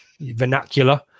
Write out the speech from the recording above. vernacular